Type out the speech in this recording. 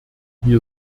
wir